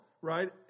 right